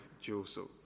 Joseph